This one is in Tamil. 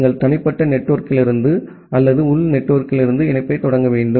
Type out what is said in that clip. நீங்கள் தனிப்பட்ட நெட்வொர்க்கிலிருந்து அல்லது உள் நெட்வொர்க்கிலிருந்து இணைப்பைத் தொடங்க வேண்டும்